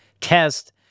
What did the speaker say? test